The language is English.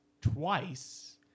twice